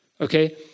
Okay